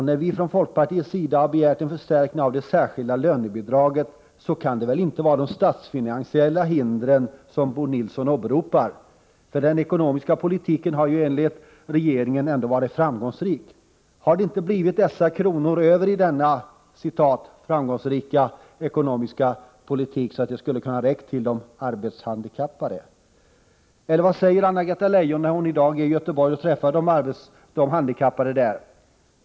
När vi från folkpartiets sida har begärt en förstärkning av det särskilda lönebidraget, kan Bo Nilsson väl inte åberopa statsfinansiella hinder? Den ekonomiska politiken har ju enligt regeringen varit framgångsrik. Har inte så många kronor blivit över i denna ”framgångsrika” ekonomiska politik att det skulle kunna räcka till de arbetshandikappade? Vad säger Anna-Greta Leijon när hon i dag i Göteborg träffar de handikappade?